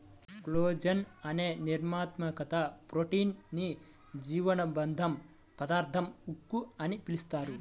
collagen అనే నిర్మాణాత్మక protein ని జీవసంబంధ పదార్థాల ఉక్కు అని పిలుస్తారు